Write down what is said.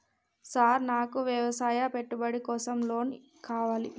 Sir నాకు వ్యవసాయ పెట్టుబడి కోసం లోన్ కావాలి?